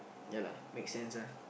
ya lah make sense ah